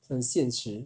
很现实